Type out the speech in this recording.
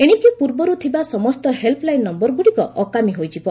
ଏଶିକି ପୂର୍ବରୁ ଥିବା ସମସ୍ତ ହେଲ୍ପ୍ ଲାଇନ୍ ନମ୍ଘରଗୁଡ଼ିକ ଅକାମୀ ହୋଇଯିବ